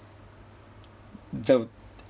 the